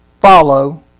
Follow